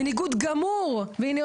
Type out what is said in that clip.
והנה,